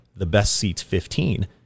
thebestseats15